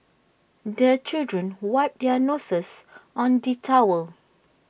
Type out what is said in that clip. the children wipe their noses on the towel